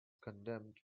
condemned